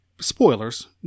spoilers